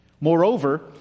Moreover